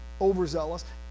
overzealous